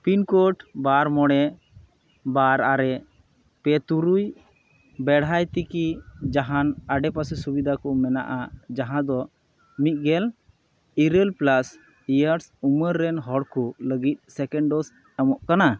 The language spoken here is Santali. ᱯᱤᱱᱠᱳᱰ ᱵᱟᱨ ᱢᱚᱬᱮ ᱵᱟᱨ ᱟᱨᱮ ᱯᱮ ᱛᱩᱨᱩᱭ ᱵᱮᱲᱦᱟᱭ ᱛᱮᱠᱤ ᱡᱟᱦᱟᱱ ᱟᱰᱮᱯᱟᱥᱮ ᱥᱩᱵᱤᱫᱟ ᱠᱚ ᱢᱮᱱᱟᱜᱼᱟ ᱡᱟᱦᱟᱸ ᱫᱚ ᱢᱤᱫᱜᱮᱞ ᱤᱨᱟᱹᱞ ᱯᱮᱞᱟᱥ ᱤᱭᱟᱨᱥ ᱩᱢᱮᱨ ᱨᱮᱱ ᱦᱚᱲ ᱠᱚ ᱞᱟᱹᱜᱤᱫ ᱥᱮᱠᱮᱱ ᱰᱳᱡᱽ ᱮᱢᱚᱜ ᱠᱟᱱᱟ